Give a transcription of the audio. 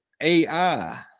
AI